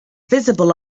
visible